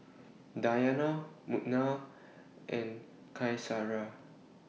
Dayana Munah and Qaisara